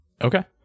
Okay